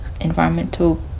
environmental